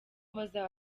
baza